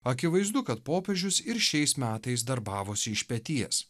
akivaizdu kad popiežius ir šiais metais darbavosi iš peties